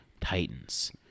titans